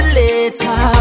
later